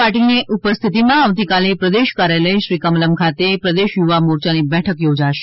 પાટીલની ઉપસ્થિતમાં આવતીકાલે પ્રદેશ કાર્યાલય શ્રી કમલમ્ ખાતે પ્રદેશ યુવા મોરચાની બેઠક યોજાશે